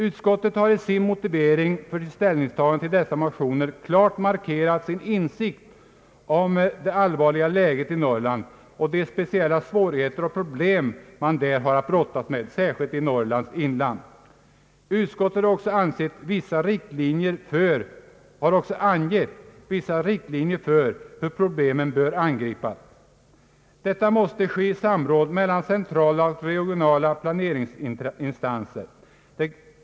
Utskottet har i sin motivering för sitt ställningstagande till dessa motioner klart markerat sin insikt om det allvarliga läget i Norrland och om de speciella svårigheter och problem man där har att brottas med, särskilt i Norrlands inland. Utskottet har också angett vissa riktlinjer för hur problemen bör angripas. Detta måste ske i samråd mellan centrala och regionala planeringsinstanser.